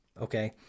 Okay